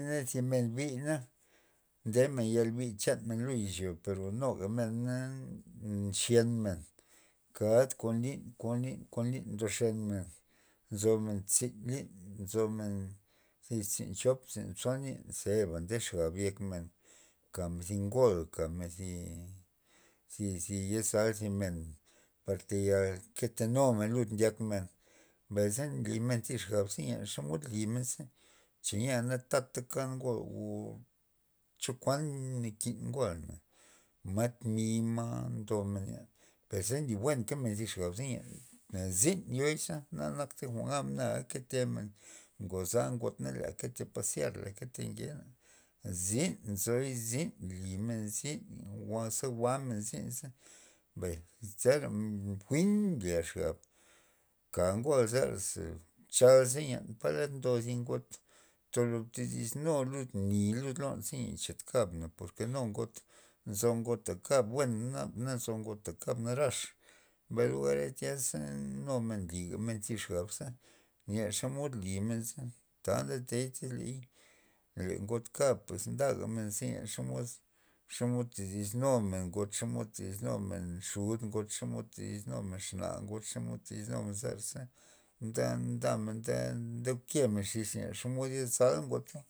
Nde zi men bina, nde yal bi chan men lo izyo pero nugamne na nxyen men kad kon lyn- kon lyn kon lyn ndoxen men, nzo men tzin lyn nzo men tzin chop tzin tson lyn zeba nde xab yek men kamen thi gol kamen zi zi- zi ye zal zi men par tayal kete numen lud ndyak men mbay ze nlymen thi xab za len xomod limen za xanya tata kan ngol o chokuan nakin ngoa mat mi' ma ndomen per ze li buen kamne thi xab len zyn yoiza na akta jwa'n gabmen nketemen ngoza got na kete paziar kete ngenza, zyn nzoy zyn limen zyn za jwa'nmen zyn za mbay zera jwi'n mblya xab za ka thi ngo zera chal ze po ndo thi ngoa' tolo todis nu lud ni lud lon za len cha kab na por ke nu re men got nzo ngo kab buen naba na nzo ngota kab narax mbay lugara za tyaza nugamen nly xab len xomod limen ze ta ndetey za le got kabza ndamen len xomod xomod todis numen ngot len xomod todis numen xud ngot xomod todis numen exna got xomod todis numer zera za ndamen ndeken xis' za xomod yezal got.